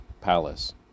palace